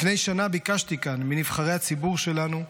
לפני שנה ביקשתי כאן מנבחרי הציבור שלנו,